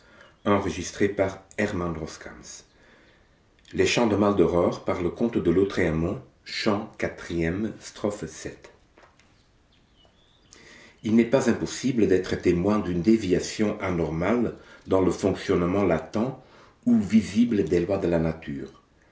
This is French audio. il n'est pas impossible d'être témoin d'une déviation anormale dans le fonctionnement latent ou visible des lois de la nature